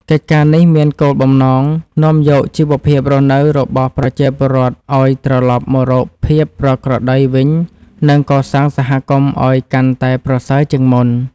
កិច្ចការនេះមានគោលបំណងនាំយកជីវភាពរស់នៅរបស់ប្រជាពលរដ្ឋឱ្យត្រឡប់មករកភាពប្រក្រតីវិញ និងកសាងសហគមន៍ឱ្យកាន់តែប្រសើរជាងមុន។